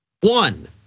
one